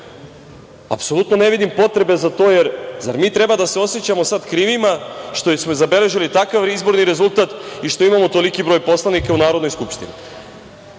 teret. Apsolutno ne vidim potrebe za to, zar mi treba da se osećamo sada krivima što smo zabeležili takav izborni rezultat i što imamo toliki broj narodnih poslanika u Narodnoj skupštini?